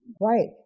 Right